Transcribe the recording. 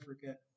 forget